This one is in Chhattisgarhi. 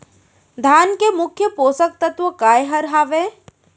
धान के मुख्य पोसक तत्व काय हर हावे?